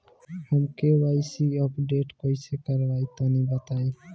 हम KYC updation कइसे करवाई तनि बताई?